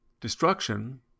Destruction